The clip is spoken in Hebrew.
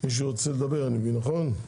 מישהו רוצה לדבר, אני מבין, נכון?